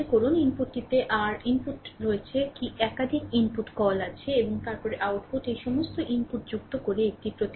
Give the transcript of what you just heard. মনে করুন ইনপুটটিতে আর ইনপুট রয়েছে কি একাধিক ইনপুট কল আছে এবং তারপরে আউটপুট এই সমস্ত ইনপুট যুক্ত করে একটি প্রতিক্রিয়া পাচ্ছে